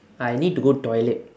I need to go toilet